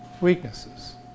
weaknesses